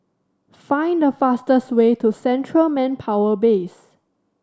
find the fastest way to Central Manpower Base